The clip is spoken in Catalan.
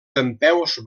dempeus